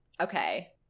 Okay